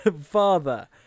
Father